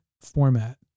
format